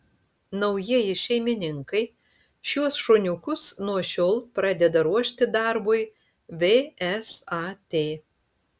naujieji šeimininkai šiuos šuniukus nuo šiol pradeda ruošti darbui vsat